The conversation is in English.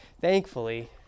Thankfully